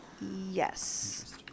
Yes